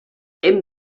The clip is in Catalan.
hem